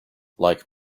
like